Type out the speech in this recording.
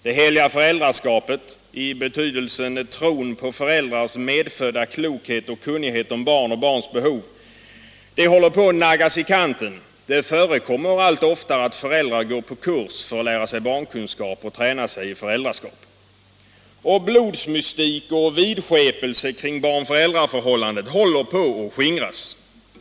Det heliga föräldraskapet, i betydelsen tron på föräldrars medfödda klokhet och kunnighet om barn och barns behov, håller på att naggas i kanten. Det förekommer allt oftare att föräldrar går på kurs för att lära sig barnkunskap och träna sig i föräldraskap. Och blodsmystik och vidskepelse kring barn-föräldrar-förhållandet håller på att skingras.